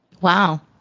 Wow